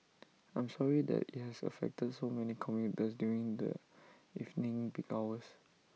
I'm sorry that IT has affected so many commuters during the evening peak hours